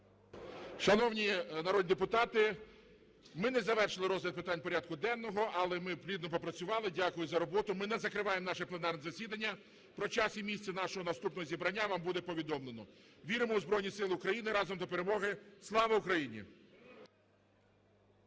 Шановні народні депутати, ми не завершили розгляд питань порядку денного, але ми плідно попрацювали. Дякую за роботу. Ми не закриваємо наше пленарне засідання. Про час і місце нашої наступного зібрання вам буде повідомлено. Віримо у Збройні Сили України! Разом до перемоги! Слава Україні!